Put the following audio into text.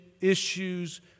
issues